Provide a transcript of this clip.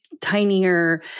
tinier